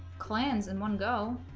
clans and one go